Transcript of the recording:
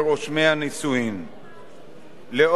לאור האמור לעיל,